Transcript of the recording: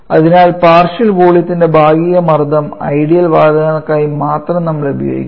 അതിനാൽ പാർഷ്യൽ വോളിയത്തിന്റെ ഭാഗിക മർദ്ദം ഐഡിയൽ വാതകങ്ങൾക്കായി മാത്രം നമ്മൾ ഉപയോഗിക്കുന്നു